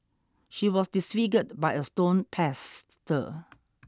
she was disfigured by a stone pestle